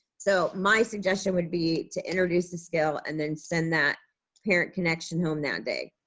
so my suggestion would be to introduce the scale and then send that parent connection home that day.